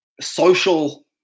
social